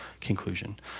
conclusion